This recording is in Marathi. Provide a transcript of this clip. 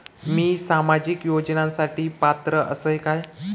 मी सामाजिक योजनांसाठी पात्र असय काय?